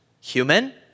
human